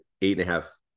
eight-and-a-half